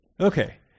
Okay